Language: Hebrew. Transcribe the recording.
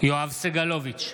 יואב סגלוביץ'